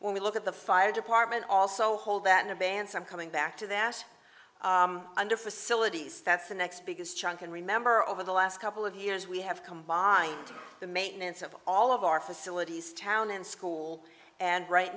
when we look at the fire department also hold that new bands i'm coming back to that under facilities that's the next biggest chunk and remember over the last couple of years we have combined the maintenance of all of our facilities town and school and right